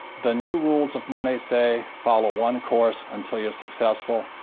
the new rules of money say follow one course until you're successful,